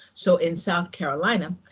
so in south carolina,